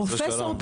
חס ושלום,